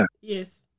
Yes